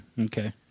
Okay